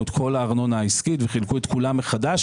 את כל הארנונה העסקית וחילקו את כולה מחדש.